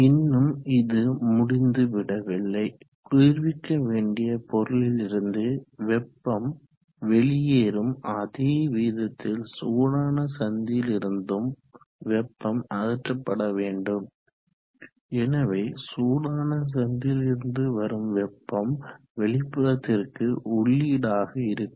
இன்னும் இது முடிந்துவிடவில்லை குளிர்விக்க வேண்டிய பொருளிலிருந்து வெப்பம் வெளியேறும் அதே வீதத்தில் சூடான சந்தியிலிருந்தும் வெப்பம் அகற்றப்பட வேண்டும் எனவே சூடான சந்தியிலிருந்து வரும் வெப்பம் வெளிப்புறத்திற்கு உள்ளீடாக இருக்கும்